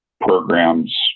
programs